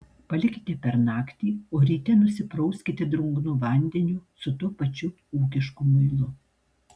palikite per naktį o ryte nusiprauskite drungnu vandeniu su tuo pačiu ūkišku muilu